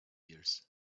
years